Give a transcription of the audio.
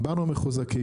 באנו מחוזקים,